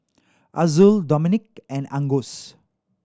Azul Dominique and Angus